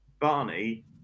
Barney